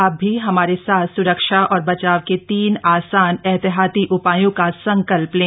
आप भी हमारे साथ सुरक्षा और बचाव के तीन आसान एहतियाती उपायों का संकल्प लें